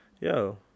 Yo